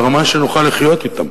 ברמה שנוכל לחיות אתן.